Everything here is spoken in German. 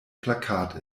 plakat